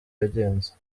yagenze